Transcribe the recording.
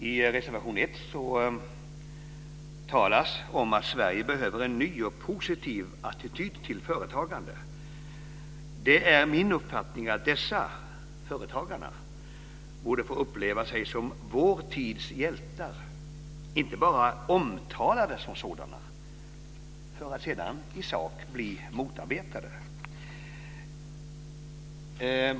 I reservation 1 talas om att Sverige behöver en ny och positiv attityd till företagande. Det är min uppfattning att företagarna borde få uppleva sig som vår tids hjältar, inte bara bli omtalade som sådana för att sedan i sak bli motarbetade.